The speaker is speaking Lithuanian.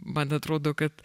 man atrodo kad